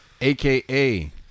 AKA